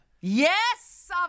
Yes